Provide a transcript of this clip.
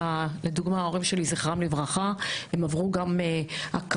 לדוגמא, ההורים שלי, זכרם לברכה, עברו גם הקרנות,